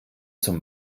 zum